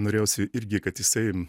norėjosi irgi kad jisai